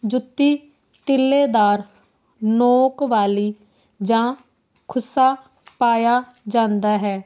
ਜੁੱਤੀ ਤਿੱਲੇਦਾਰ ਨੋਕ ਵਾਲੀ ਜਾਂ ਖੁੱਸਾ ਪਾਇਆ ਜਾਂਦਾ ਹੈ